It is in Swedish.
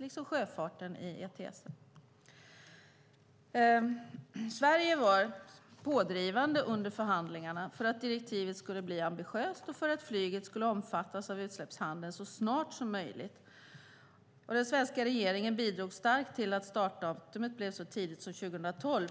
liksom sjöfarten inkluderades i EPS. Sverige var pådrivande under förhandlingarna för att direktivet skulle bli ambitiöst och för att flyget skulle omfattas av utsläppshandeln så snart som möjligt. Den svenska regeringen bidrog starkt till att startdatumet blev så tidigt som 2012.